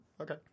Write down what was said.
Okay